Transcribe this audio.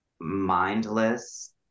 mindless